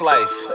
Life